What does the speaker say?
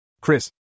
Chris